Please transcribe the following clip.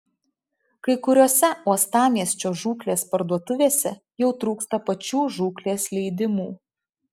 kai kuriose uostamiesčio žūklės parduotuvėse jau trūksta pačių žūklės leidimų